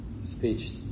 speech